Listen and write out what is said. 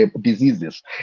diseases